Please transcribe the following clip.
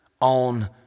on